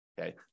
Okay